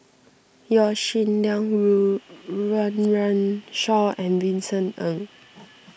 Yaw Shin Leong rule Run Run Shaw and Vincent Ng